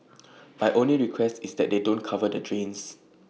my only request is that they don't cover the drains